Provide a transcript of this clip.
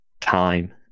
time